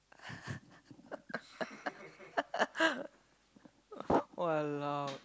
!walao!